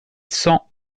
cent